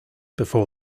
before